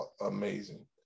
amazing